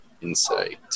Insight